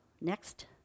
Next